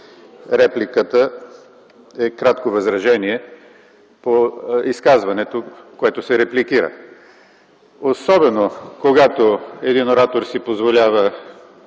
репликата е кратко възражение по изказването, което се репликира. Особено когато един оратор си позволява